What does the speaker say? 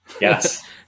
yes